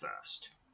first